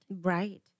Right